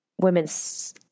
women's